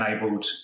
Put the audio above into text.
enabled